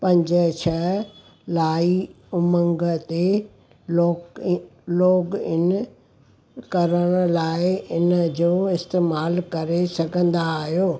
पंज छह लाइ उमंग ते लोगइ लोगइन करण लाइ इनजो इस्तैमालु करे सघंदा आहियो